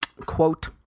quote